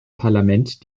parlament